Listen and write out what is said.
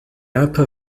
upper